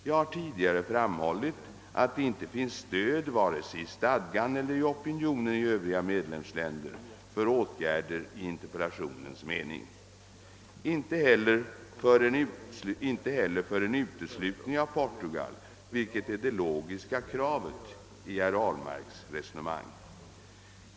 Jag har tidigare framhållit att det inte finns stöd vare sig i stadgan eller i opinionen inom övriga medlemsländer för åtgärder i interpellationens mening; inte heller för en uteslutning av Portugal vilket är det logiska kravet i herr Ahlmarks resonemang.